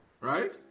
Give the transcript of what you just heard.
right